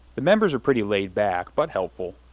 the members are pretty laid-back, but helpful,